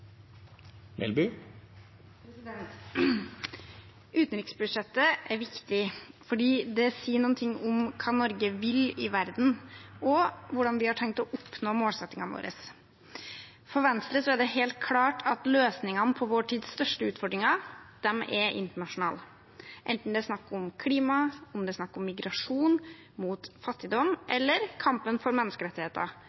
viktig fordi det sier noe om hva Norge vil i verden, og hvordan vi har tenkt å oppnå målsettingene våre. For Venstre er det helt klart at løsningene på vår tids største utfordringer er internasjonale, enten det er snakk om klima,